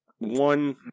one